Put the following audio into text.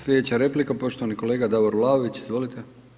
Slijedeća replika, poštovani kolega Davor Vlaović, izvolite.